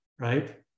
right